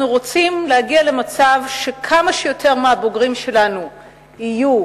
אנחנו רוצים להגיע למצב שכמה שיותר מהבוגרים שלנו יהיו